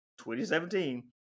2017